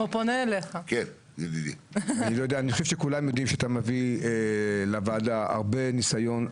אני חושב שכולם יודעים שאתה מביא לוועדה הרבה ניסיון,